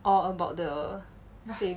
or about the same you bought the same lah